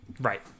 right